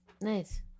Nice